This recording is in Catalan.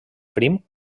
prim